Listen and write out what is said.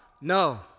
no